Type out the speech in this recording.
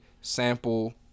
sample